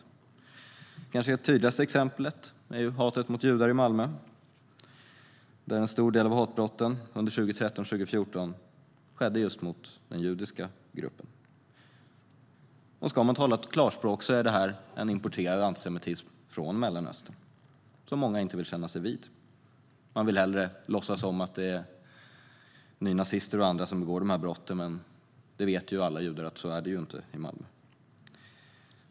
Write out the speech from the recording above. Det kanske tydligaste exemplet är hatet mot judar i Malmö, där en stor del av hatbrotten under 2013 och 2014 riktades mot just den judiska gruppen. Ska man tala klarspråk är det en importerad antisemitism från Mellanöstern, vilket många inte vill kännas vid. Man vill hellre låtsas som att det är nynazister och andra som begår de brotten, men alla judar vet att så är det inte i Malmö.